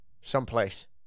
Someplace